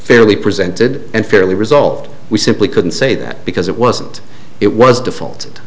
fairly presented and fairly resolved we simply couldn't say that because it wasn't it was difficult